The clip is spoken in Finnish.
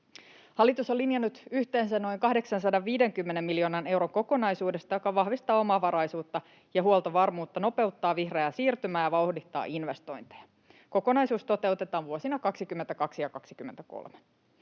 Hallitus on linjannut yhteensä noin 850 miljoonan euron kokonaisuudesta, joka vahvistaa omavaraisuutta ja huoltovarmuutta, nopeuttaa vihreää siirtymää ja vauhdittaa investointeja. Kokonaisuus toteutetaan vuosina 22 ja 23.